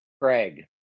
Craig